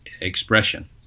expression